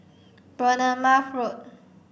Bournemouth Road